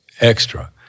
extra